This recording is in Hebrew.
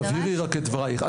רק תבהירי את דבריך.